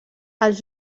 els